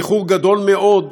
באיחור גדול מאוד,